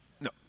no